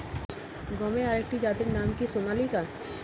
গমের আরেকটি জাতের নাম কি সোনালিকা?